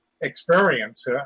experience